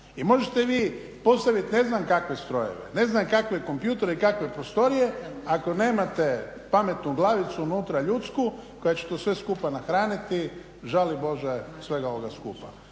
i možete vi postavit ne znam kakve strojeve, ne znam kakve kompjutere i kakve prostorije, ako nemate pametnu glavicu unutra ljudsku koja će to sve skupa nahraniti žali Bože svega ovoga skupa